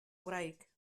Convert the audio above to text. ngwraig